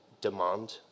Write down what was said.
demand